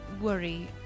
worry